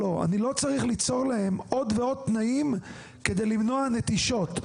אני לא צריך ליצור להם עוד ועוד תנאים כדי למנוע נטישות.